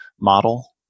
model